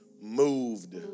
Moved